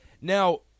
Now